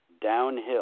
downhill